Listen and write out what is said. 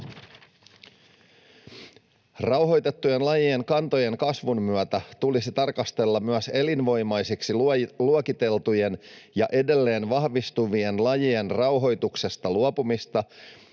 Rauhoitettujen lajien kantojen kasvun myötä tulisi tarkastella myös elinvoimaiseksi luokiteltujen ja edelleen vahvistuvien lajien rauhoituksesta luopumista